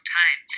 time